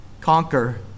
Conquer